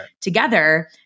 together